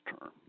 term